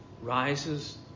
rises